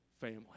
family